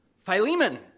Philemon